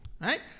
right